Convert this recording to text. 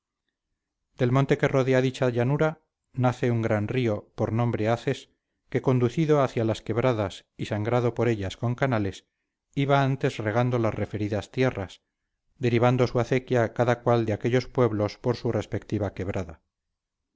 del monte que rodea dicha llanura nace un gran río por nombre aces que conducido hacia las quebradas y sangrado por ellas con canales iba antes regando las referidas tierras derivando su acequia cada cual de aquellos pueblos por su respectiva quebrada